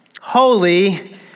holy